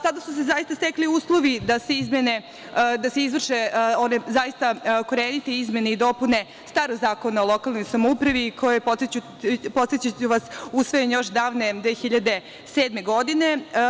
Sada su se zaista stekli uslovi da se izvrše one zaista korenite izmene i dopune starog Zakona o lokalnoj samoupravi koji je, podsetiću vas, usvojen još davne 2007. godine.